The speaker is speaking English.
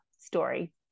story